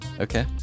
Okay